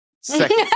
Second